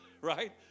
Right